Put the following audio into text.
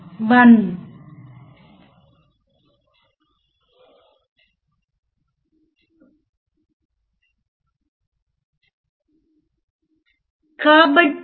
కాబట్టి దీన్ని ఎక్కడ ఉపయోగించవచ్చు